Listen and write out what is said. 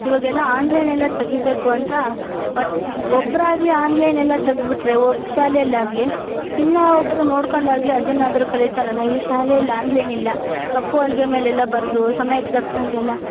ಇವಾಗೆಲ್ಲ ಆನ್ಲೈನ್ ಎಲ್ಲ ತೆಗೀಬೇಕು ಅಂತ ಒಟ್ಟು ಒಬ್ಬರಾಗ್ಲಿ ಆನ್ಲೈನ್ ಎಲ್ಲ ತೆಗೆದ್ಬಿಟ್ರೆ ಒಬ್ಬ ಶಾಲೆಯಲ್ಲಾಗ್ಲಿ ಇನ್ನೂ ಒಬ್ಬರು ನೋಡಿಕೊಂಡಾಗ್ಲಿ ಅದನ್ನಾದರೂ ಕಲೀತಾರಲ್ಲ ಈ ಶಾಲೆಯಲ್ ಆನ್ಲೈನ್ ಇಲ್ಲ ಕಪ್ಪು ಹಲ್ಗೆ ಮೇಲೆಲ್ಲ ಬರೆದು ಸಮಯಕ್ಕೆ ತಕ್ಕನಾಗೆಲ್ಲ